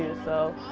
so,